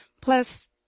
Plus